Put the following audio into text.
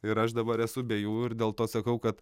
ir aš dabar esu be jų ir dėl to sakau kad